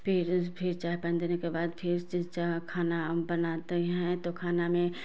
फिर फिर चाय पानी देने के बाद फिर से चाय खाना हम बनाते हैं तो खाना में